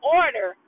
order